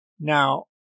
Now